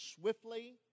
swiftly